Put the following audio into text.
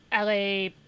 LA